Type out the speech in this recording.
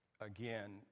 again